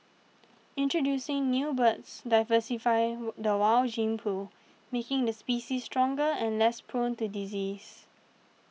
introducing new birds diversify the wild gene pool making the species stronger and less prone to disease